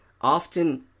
often